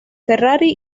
ferrari